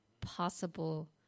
possible